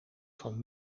van